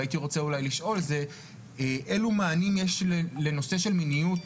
והייתי רוצה לשאול זה אלו מענים יש לנושא של מיניות